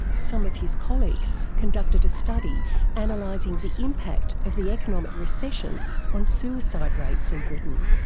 some of his colleagues conducted a study analysing the impact of the economic recession on suicide rates in britain.